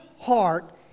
heart